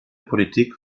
politik